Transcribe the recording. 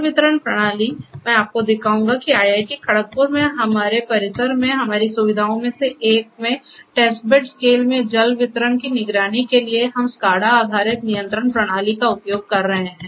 जल वितरण प्रणाली मैं आपको दिखाऊंगा कि आईआईटी खड़गपुर में हमारे परिसर में हमारी सुविधाओं में से एक में टेस्ट बेड स्केल में जल वितरण की निगरानी के लिए हम SCADA आधारित नियंत्रण प्रणाली का उपयोग कर रहे हैं